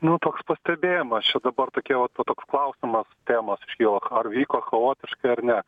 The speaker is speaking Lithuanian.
nu toks pastebėjimas čia dabar tokie va toks klausimas temos iškilo vyko chaotiškai ar ne